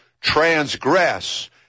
transgress